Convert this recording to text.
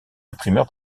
imprimeur